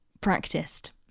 practiced